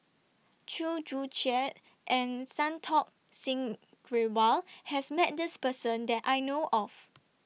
Chew Joo Chiat and Santokh Singh Grewal has Met This Person that I know of